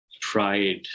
pride